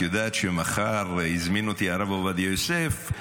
את יודעת שמחר הזמין אותי הרב עובדיה יוסף.